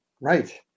Right